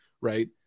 right